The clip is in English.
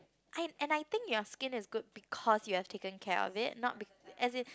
I and I think your skin is good because you have taken care of it not be as in